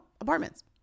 apartments